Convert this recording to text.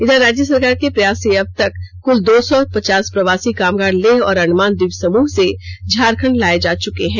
इधर राज्य सरकार के प्रयास से अब तक कुल दो सौ पचास प्रवासी कामगार लेह और अंडमान हीप समूह से झारखंड लाए जा चुके हैं